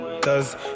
Cause